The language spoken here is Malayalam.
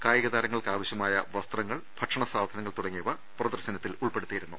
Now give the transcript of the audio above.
കായികതാരങ്ങൾക്ക് ആവ ശൃമായ വസ്ത്രങ്ങൾ ഭക്ഷണ സാധനങ്ങൾ തുടങ്ങിയവ പ്രദർശന ത്തിൽ ഉൾപ്പെടുത്തിയിരുന്നു